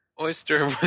Oyster